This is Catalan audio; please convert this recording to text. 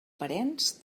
parents